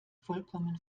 vollkommen